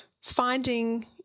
finding